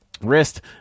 wrist